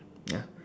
ya